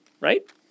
Right